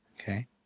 Okay